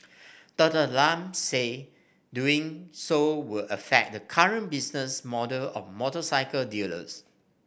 Doctor Lam said doing so will affect the current business model of motorcycle dealers